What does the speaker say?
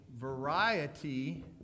variety